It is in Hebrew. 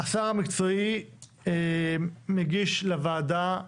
השר המקצועי מגיש לוועדה את